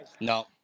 No